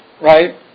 right